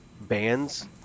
bands